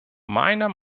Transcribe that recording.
meiner